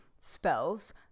spells